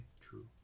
true